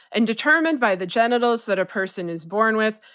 and determined by the genitals that a person is born with,